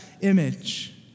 image